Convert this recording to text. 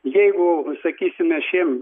jeigu sakysime šiem